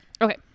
okay